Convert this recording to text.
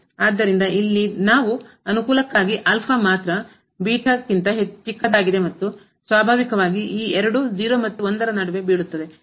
ಆದ್ದರಿಂದ ಇಲ್ಲಿ ನಾವು ಅನುಕೂಲಕ್ಕಾಗಿ ಮಾತ್ರ ಚಿಕ್ಕದಾಗಿದೆ ಮತ್ತು ಸ್ವಾಭಾವಿಕವಾಗಿ ಈ ಎರಡೂ 0 ಮತ್ತು 1 ರ ನಡುವೆ ಬೀಳುತ್ತದೆ ಎಂದು ಭಾವಿಸೋಣ